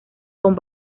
con